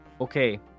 Okay